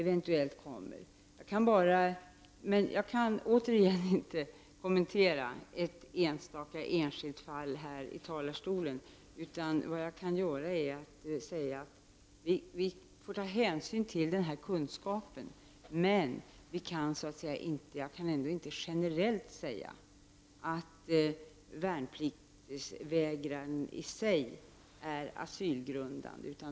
Jag kan ju inte här i talarstolen kommentera ett enskilt fall. Vi får ta hänsyn till den här kunskapen, men jag kan ändå inte generellt säga att värnpliktsvägran i sig är asylgrundande.